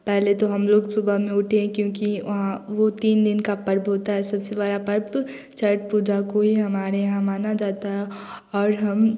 पहले तो हम लोग सुबह में उठे क्योंकि वह तीन दिन का पर्व होता है सबसे बड़ा पर्व छट पूजा को ही हमारे यहाँ माना जाता है और हम